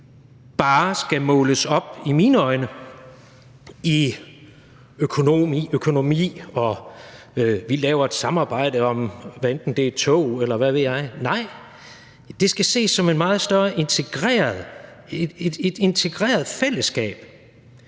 bare skal måles op i økonomi og aftaler om, at vi laver et samarbejde om noget, hvad enten det er tog, eller hvad ved jeg. Nej, det skal ses som et meget større integreret fællesskab,